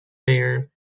bare